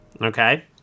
Okay